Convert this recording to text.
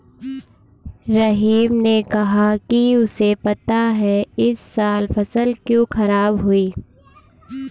रहीम ने कहा कि उसे पता है इस साल फसल क्यों खराब हुई